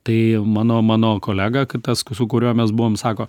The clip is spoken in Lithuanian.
tai mano mano kolega kitas su kuriuo mes buvom sako